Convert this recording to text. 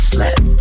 Slept